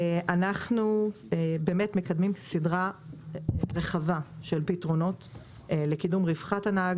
אנחנו מקדמים סדרה רחבה של פתרונות לקידום רווחת הנהג,